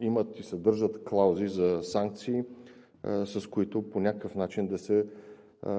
имат и съдържат клаузи за санкции, с които по някакъв начин да се